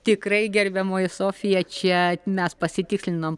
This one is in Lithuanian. tikrai gerbiamoji sofija čia mes pasitikslinom